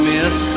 Miss